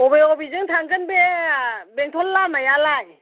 बबे बबेजों थांगोन बे बेंटल लामायालाय